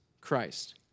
Christ